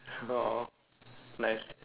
!aww! nice